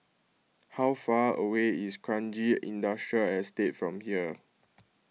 how far away is Kranji Industrial Estate from here